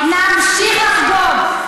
נמשיך לחגוג.